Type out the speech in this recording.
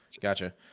Gotcha